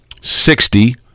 Sixty